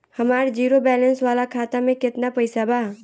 हमार zero balance वाला खाता में केतना पईसा बा?